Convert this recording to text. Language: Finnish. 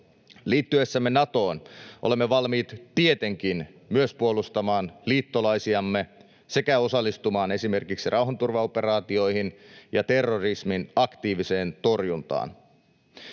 Liittyessämme Natoon olemme valmiit tietenkin myös puolustamaan liittolaisiamme sekä osallistumaan esimerkiksi rauhanturvaoperaatioihin ja terrorismin aktiiviseen torjuntaan.